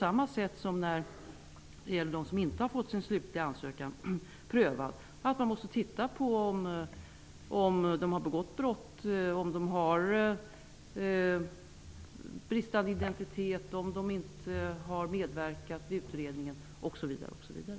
Samma sak gäller för dem som inte har fått sin slutliga ansökan prövad, att man måste titta på om de har begått brott, om de har bristande identitetshandlingar, om de inte har medverkat vid utredningen osv.